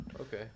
Okay